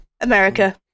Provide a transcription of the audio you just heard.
America